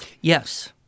Yes